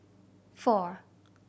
four